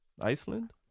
Iceland